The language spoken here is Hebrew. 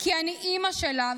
כי אני אימא שלה,